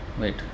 Wait